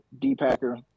D-Packer